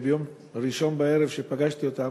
ביום ראשון בערב, כשפגשתי אותם,